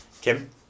Kim